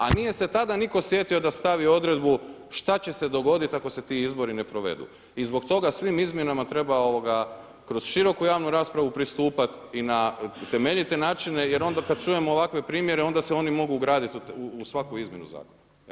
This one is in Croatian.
A nije se tada nitko sjetio da stavi odredbu šta će se dogoditi ako se ti izbori ne provedu i zbog toga svim izmjenama treba kroz široku javnu raspravu pristupati i na temeljite načine jer onda kada čujem ovakve primjere onda se oni mogu ugraditi u svaku izmjenu zakona.